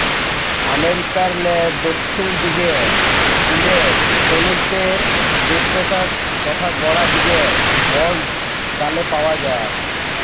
আমেরিকারলে দখ্খিল দিগে তুলে সমিকদের দুদ্দশার কথা গড়া দিগের বল্জ গালে পাউয়া যায়